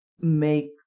make